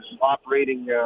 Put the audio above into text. operating